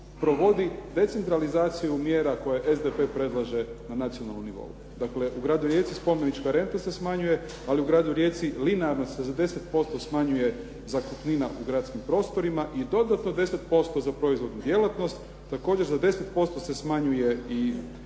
provodi decentralizaciju mjera koje SDP predlaže na nacionalnom nivou. Dakle, u gradu Rijeci spomenička renta se smanjuje, ali u gradu Rijeci linearno se za 10% smanjuje zakupnina u gradskim prostorima i dodatno 10% za proizvodnu djelatnost, također za 10% se smanjuje i